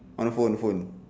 on the phone phone